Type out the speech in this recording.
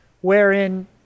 wherein